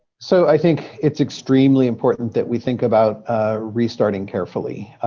so i think it's extremely important that we think about restarting carefully.